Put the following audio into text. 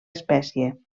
espècie